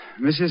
Mrs